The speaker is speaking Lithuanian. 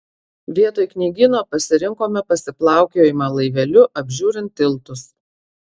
vietoj knygyno pasirinkome pasiplaukiojimą laiveliu apžiūrint tiltus